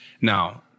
Now